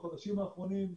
בחודשים האחרונים,